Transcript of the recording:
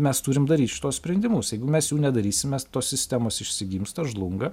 mes turim daryt šituos sprendimus jeigu mes jų nedarysim tos sistemos išsigimsta žlunga